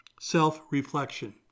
self-reflection